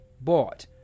bought